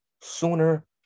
sooner